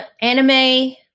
Anime